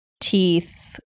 teeth